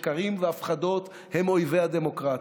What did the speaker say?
שקרים והפחדות הם אויבי הדמוקרטיה.